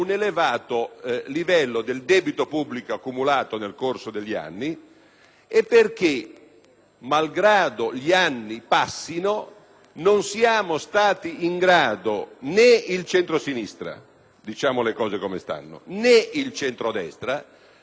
malgrado gli anni passino, non siamo stati in grado - né il centrosinistra, diciamo le cose come stanno, né il centrodestra - di mettere davvero e definitivamente sotto controllo l'evoluzione della spesa corrente primaria.